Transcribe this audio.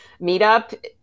meetup